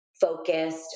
focused